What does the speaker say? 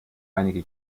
einige